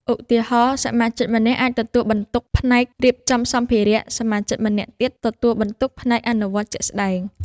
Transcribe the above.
ឧទាហរណ៍ សមាជិកម្នាក់អាចទទួលបន្ទុកផ្នែករៀបចំសម្ភារៈ សមាជិកម្នាក់ទៀតទទួលបន្ទុកផ្នែកអនុវត្តជាក់ស្ដែង។